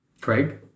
Craig